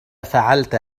فعلت